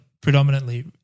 predominantly